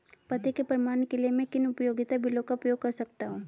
पते के प्रमाण के लिए मैं किन उपयोगिता बिलों का उपयोग कर सकता हूँ?